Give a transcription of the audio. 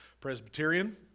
Presbyterian